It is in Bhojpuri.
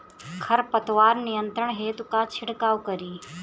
खर पतवार नियंत्रण हेतु का छिड़काव करी?